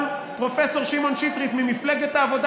גם פרופ' שמעון שטרית ממפלגת העבודה